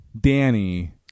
Danny